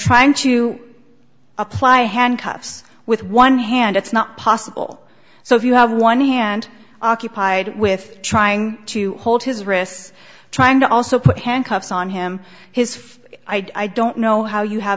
trying to apply handcuffs with one hand it's not possible so if you have one hand occupied with trying to hold his wrists trying to also put handcuffs on him his fee i don't know how you have